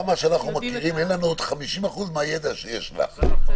מה שאנחנו מכירים, אין לנו עוד 50% מהידע שיש לך.